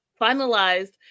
finalized